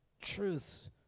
truth